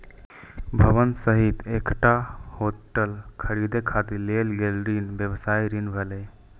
भवन सहित एकटा होटल खरीदै खातिर लेल गेल ऋण व्यवसायी ऋण भेलै